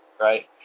right